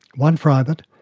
one private,